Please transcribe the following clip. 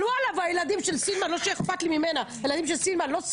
אבל הילדים של סילמן לא שאכפת לי ממנה לא סבלו?